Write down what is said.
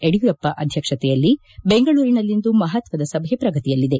ಯಡಿಯೂರಪ್ಪ ಅಧ್ಯಕ್ಷತೆಯಲ್ಲಿ ಬೆಂಗಳೂರಿನಲ್ಲಿಂದು ಮಹತ್ವದ ಸಭೆ ಪ್ರಗತಿಯಲ್ಲಿದೆ